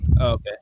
Okay